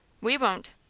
we won't.